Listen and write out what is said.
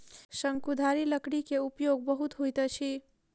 शंकुधारी लकड़ी के उपयोग बहुत होइत अछि